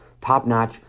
top-notch